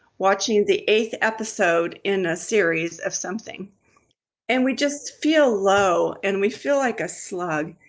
watching the eighth episode in a series of something and we just feel low and we feel like a slug.